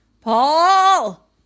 Paul